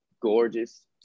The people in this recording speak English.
gorgeous